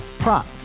Prop